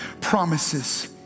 promises